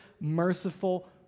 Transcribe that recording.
merciful